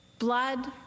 Blood